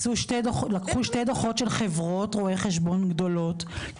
לקחו שתי דוחות של חברות רואי חשבון גדולות,